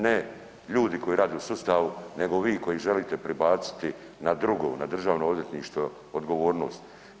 Ne ljudi koji rade u sustavu, nego vi koji želite prebaciti na drugog, na Državno odvjetništvo odgovornost.